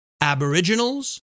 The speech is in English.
Aboriginals